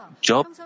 job